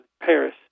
Paris